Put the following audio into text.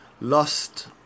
lost